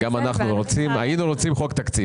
גם אנחנו היינו רוצים חוק תקציב.